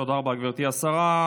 תודה רבה, גברתי השרה.